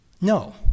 no